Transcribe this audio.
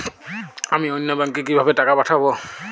আমি অন্য ব্যাংকে কিভাবে টাকা পাঠাব?